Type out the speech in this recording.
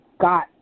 got